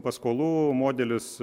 paskolų modelis